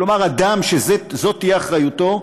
כלומר אדם שזו תהיה אחריותו,